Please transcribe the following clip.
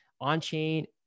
on-chain